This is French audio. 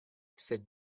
cette